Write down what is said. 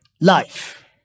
life